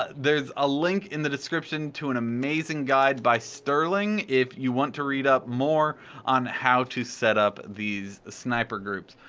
there's a link in the description to an amazing guide by sterling if you want to read up more on how to set up these sniper groups.